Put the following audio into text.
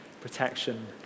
protection